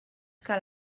cal